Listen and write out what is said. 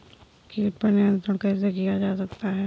कीट पर नियंत्रण कैसे किया जा सकता है?